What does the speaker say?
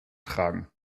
tragen